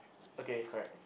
okay correct